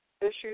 issues